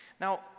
Now